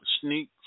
Sneak